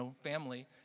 family